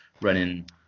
running